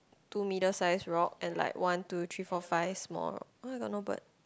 two middle size rock and like one two three four five small rock oh I got no bird